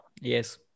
Yes